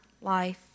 life